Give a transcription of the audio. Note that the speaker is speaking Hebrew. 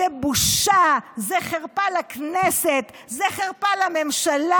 זו בושה, זו חרפה לכנסת, זו חרפה לממשלה,